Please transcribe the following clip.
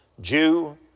Jew